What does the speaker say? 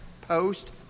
post